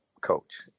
coach